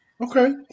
okay